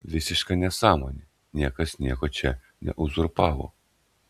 visiška nesąmonė niekas nieko čia neuzurpavo